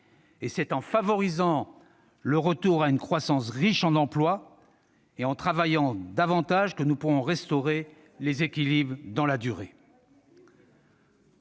C'est en favorisant le retour à une croissance riche en emplois et en travaillant davantage que nous pourrons restaurer les équilibres dans la durée.